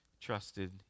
trusted